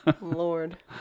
Lord